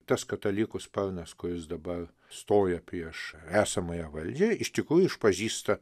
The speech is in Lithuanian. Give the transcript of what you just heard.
tas katalikų sparnas kuris dabar stoja prieš esamąją valdžią iš tikrųjų išpažįsta